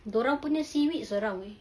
dia orang punya seaweed seram eh